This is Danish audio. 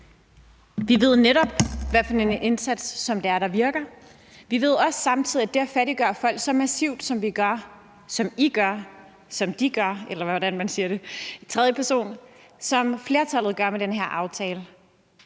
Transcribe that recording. hvad det er for en indsats, der virker. Vi ved samtidig, at det at fattiggøre folk så massivt, som vi gør – som I gør, som de gør, eller hvordan man siger det i tredje person: som flertallet gør med den her aftale